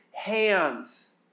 hands